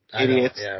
Idiots